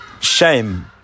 shame